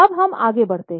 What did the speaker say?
अब हम आगे बढ़ते हैं